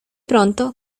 pronto